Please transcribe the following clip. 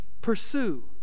pursue